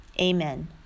Amen